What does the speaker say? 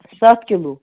سَتھ کِلوٗ